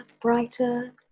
brighter